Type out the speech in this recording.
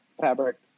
fabric